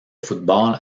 football